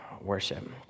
worship